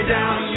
down